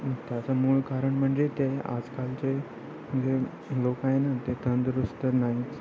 त्याचं मूळ कारण म्हणजे ते आजकालचे जे लोकं आहे ना ते तंदुरुस्त नाहीच